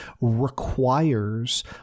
requires